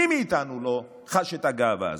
מי מאיתנו לא חש את הגאווה הזאת?